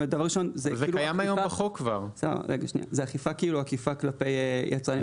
דבר ראשון זאת אכיפה עקיפה כלפי יצרנים.